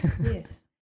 Yes